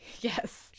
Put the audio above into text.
Yes